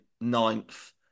ninth